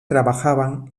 trabajaban